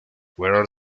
where